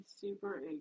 super